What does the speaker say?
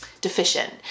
deficient